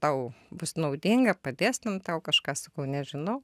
tau bus naudinga padės ten tau kažką sakau nežinau